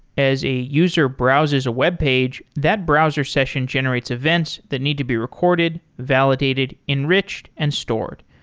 as a user browses a webpage, that browser session generates events that need to be recorded, validated, enriched and stored.